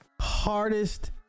Hardest